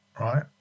Right